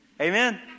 Amen